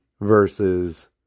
Versus